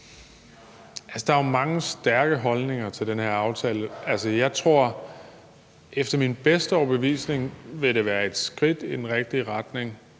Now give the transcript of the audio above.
Der er jo mange stærke holdninger til den her aftale. Efter min bedste overbevisning vil det være et skridt i den rigtige retning,